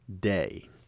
day